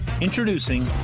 Introducing